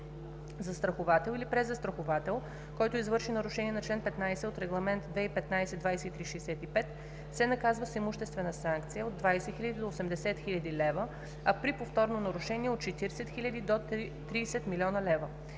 Застраховател или презастраховател, който извърши нарушение на чл. 15 от Регламент (ЕС) № 2015/2365, се наказва с имуществена санкция от 20 000 до 80 000 лв., а при повторно нарушение – от 40 000 до 30 000 000